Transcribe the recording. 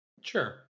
Sure